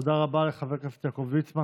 תודה רבה לחבר הכנסת יעקב ליצמן.